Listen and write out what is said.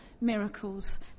miracles